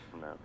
No